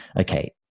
Okay